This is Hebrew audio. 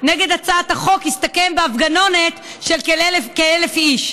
נגד הצעת החוק הסתכם בהפגנונת של כ-1,000 איש.